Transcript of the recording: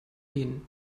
ehen